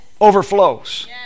overflows